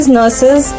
nurses